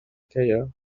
career